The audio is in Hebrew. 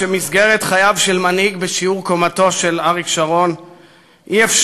במסגרת חייו של מנהיג בשיעור קומתו של אריק שרון אי-אפשר